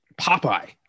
popeye